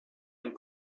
and